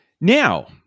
Now